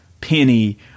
penny